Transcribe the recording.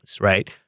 right